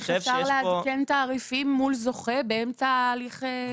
איך אפשר לעדכן תעריפים מול זוכה באמצע הליך?